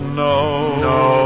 no